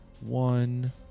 one